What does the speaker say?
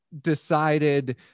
decided